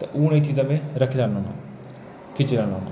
ते हून एह् चीजां में रक्खी लैन्ना होना खिच्ची लैन्ना